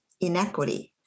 inequity